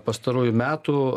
pastarųjų metų